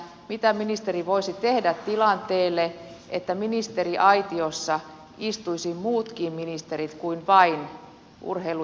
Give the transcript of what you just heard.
mitä ministeri voisi tehdä tilanteelle että ministeriaitiossa istuisivat muutkin ministerit kuin vain urheilu ja kulttuuriministeri